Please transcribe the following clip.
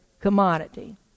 commodity